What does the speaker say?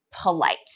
polite